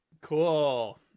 Cool